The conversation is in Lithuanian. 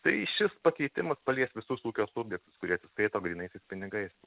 tai šis pakeitimas palies visus ūkio subjektus kurie atsiskaito grynaisiais pinigais